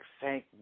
thank